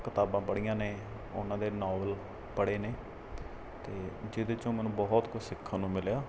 ਕਿਤਾਬਾਂ ਪੜ੍ਹੀਆਂ ਨੇ ਉਨ੍ਹਾਂ ਦੇ ਨੋਵਲ ਪੜ੍ਹੇ ਨੇ ਅਤੇ ਜਿਹਦੇ 'ਚੋਂ ਮੈਨੂੰ ਬਹੁਤ ਕੁਛ ਸਿੱਖਣ ਨੂੰ ਮਿਲਿਆ